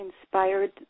inspired